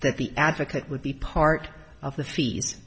that the advocate would be part of the fee